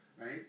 right